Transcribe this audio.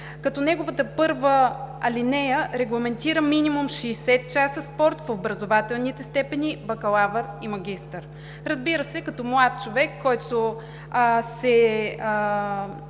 като неговата първа алинея регламентира минимум 60 часа спорт в образователните степени „бакалавър“ и „магистър“. Разбира се, като млад човек, който се